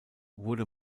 wurde